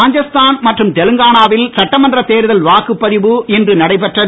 ராஜஸ்தான் மற்றும் தெலுங்கானாவில் சட்டமன்ற தேர்தல் வாக்குப் பதிவு இன்று நடைபெற்றது